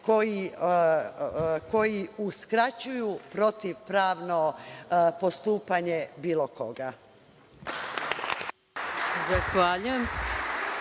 koji uskraćuju protivpravno postupanje bilo koga.